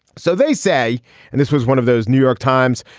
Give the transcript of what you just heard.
so they say and this was one of those new york times.